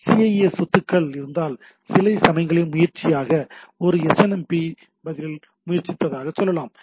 CIA சொத்துக்கள் இருந்தால் சில சமயங்களில் முயற்சித்ததாக ஒரு எஸ்என்எம்பி பதிப்பில் முயற்சித்ததாக சொல்கிறீர்கள்